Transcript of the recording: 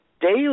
daily